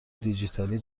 دیجیتالی